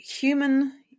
human